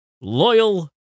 Loyal